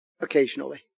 occasionally